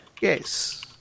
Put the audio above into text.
Yes